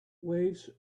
waves